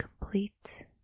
complete